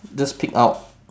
just peek out